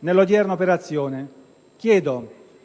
nell'odierna operazione, chiedo